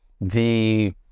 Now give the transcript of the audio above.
the-